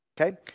okay